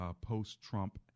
post-Trump